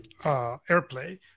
AirPlay